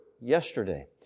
yesterday